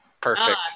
Perfect